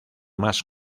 más